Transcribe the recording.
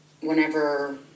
whenever